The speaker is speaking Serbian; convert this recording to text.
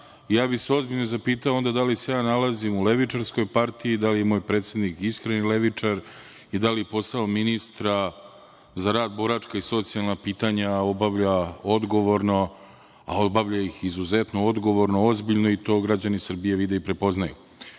bih se zapitao da li se nalazim u levičarskoj partiji, da li je moj predsednik iskreni levičar i da li posao ministra za rad, boračka i socijalna pitanja obavlja odgovorno, a obavlja ih izuzetno odgovorno, ozbiljno i to građani Srbije vide i prepoznaju. Srećom,